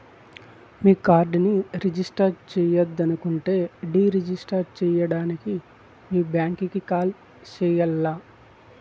మీ కార్డుని రిజిస్టర్ చెయ్యొద్దనుకుంటే deregister సేయడానికి మీ బ్యాంకీకి కాల్ సెయ్యాల్ల